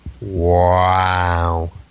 Wow